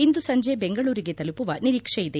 ಇಂದು ಸಂಜೆ ಬೆಂಗಳೂರಿಗೆ ತಲುಪುವ ನಿರೀಕ್ಷೆ ಇದೆ